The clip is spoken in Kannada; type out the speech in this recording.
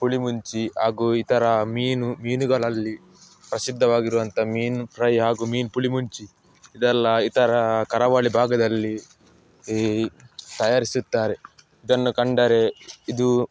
ಪುಳಿಮುಂಚಿ ಹಾಗೂ ಇತರ ಮೀನು ಮೀನುಗಳಲ್ಲಿ ಪ್ರಸಿದ್ಧವಾಗಿರುವಂತ ಮೀನು ಫ್ರೈ ಹಾಗು ಮೀನು ಪುಳಿಮುಂಚಿ ಇದೆಲ್ಲ ಇತರ ಕರಾವಳಿ ಭಾಗದಲ್ಲಿ ಈ ತಯಾರಿಸುತ್ತಾರೆ ಇದನ್ನು ಕಂಡರೆ ಇದು